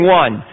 one